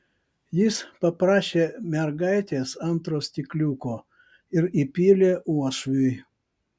jis paprašė mergaitės antro stikliuko ir įpylė uošviui